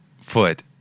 foot